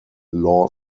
law